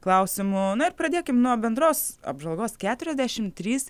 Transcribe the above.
klausimų na ir pradėkim nuo bendros apžvalgos keturiasdešimt trys